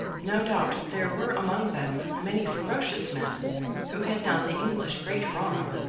no doubt there were among them many ferocious men who had done the english great wrong,